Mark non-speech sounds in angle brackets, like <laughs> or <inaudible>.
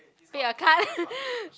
eh I can't <laughs>